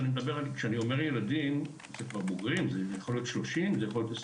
ואני מתכוון לבוגרים שיכולים להיות כבר בני 25-40,